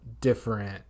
different